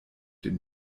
dem